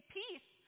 peace